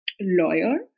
lawyer